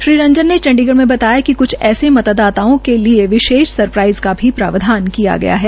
श्री रंजन ने चंडीगढ़ में बताया कि क्छ ऐसे मतदाताओं के लिए विशेष सरप्राइज का भी प्रावधान किया जाएगा